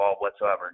whatsoever